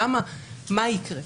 מה יקרה?